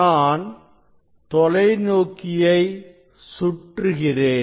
நான் தொலைநோக்கியை சுற்றுகிறேன்